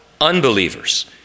unbelievers